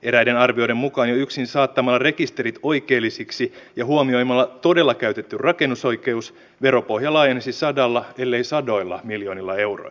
eräiden arvioiden mukaan jo yksin saattamalla rekisterit oikeellisiksi ja huomioimalla todella käytetty rakennusoikeus veropohja laajenisi sadalla ellei sadoilla miljoonilla euroilla